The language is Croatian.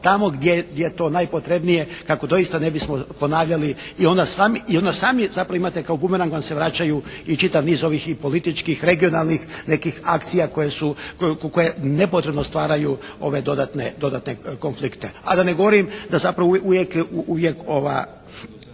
tamo gdje je to najpotrebnije kako doista ne bismo ponavljali i onda sami zapravo imate kao bumerang vam se vraćaju i čitav niz i ovim političkih, regionalnih nekih akcija koje su, koje nepotrebno stvaraju ove dodatne konflikte, a da ne govorim da zapravo uvijek